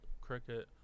Cricket